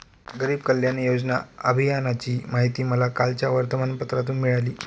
गरीब कल्याण योजना अभियानाची माहिती मला कालच्या वर्तमानपत्रातून मिळाली